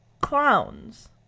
clowns